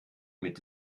mit